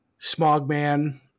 Smogman